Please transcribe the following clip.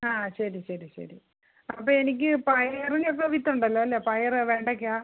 ആ ശരി ശരി ശരി അപ്പം എനിക്ക് പയറിന് ഇപ്പം വിത്തൊണ്ടല്ലോ അല്ലെ പയറ് വെണ്ടയ്ക്കാ